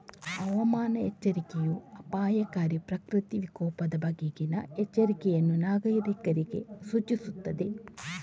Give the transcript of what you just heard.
ಹವಾಮಾನ ಎಚ್ಚರಿಕೆಯೂ ಅಪಾಯಕಾರಿ ಪ್ರಕೃತಿ ವಿಕೋಪದ ಬಗೆಗಿನ ಎಚ್ಚರಿಕೆಯನ್ನು ನಾಗರೀಕರಿಗೆ ಸೂಚಿಸುತ್ತದೆ